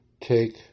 take